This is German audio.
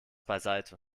beiseite